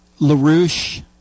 LaRouche